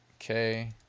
Okay